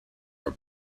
are